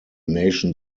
nation